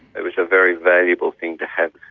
it was a very valuable thing to have,